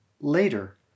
later